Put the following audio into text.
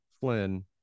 Flynn